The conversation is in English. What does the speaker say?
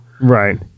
right